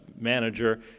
manager